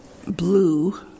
Blue